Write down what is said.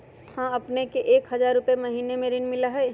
हां अपने के एक हजार रु महीने में ऋण मिलहई?